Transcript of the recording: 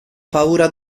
paura